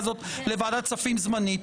ההצעה הזאת לוועדת כספים זמנית.